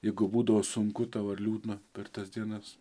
jeigu būdavo sunku tau ar liūdna per tas dienas